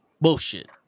bullshit